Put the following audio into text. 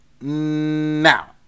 now